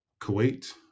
Kuwait